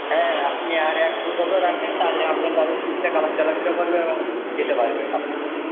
হ্যাঁ আপনি আর এক দু সপ্তাহ রাখবেন তাহলে আপনার দাদু ঠিকঠাক আবার চলাফেরা করবে এবং যেতে পারবে আপনার সাথে